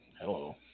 Hello